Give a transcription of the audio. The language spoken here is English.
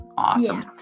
awesome